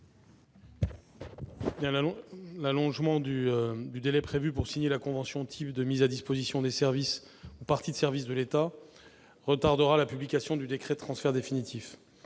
L'allongement du délai prévu pour signer la convention type de mise à disposition des services ou parties de services de l'État retardera la publication du décret de transfert définitif.